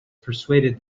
persuaded